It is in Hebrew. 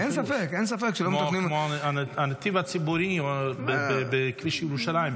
כמו הנתיב הציבורי בכביש ירושלים,